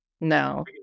No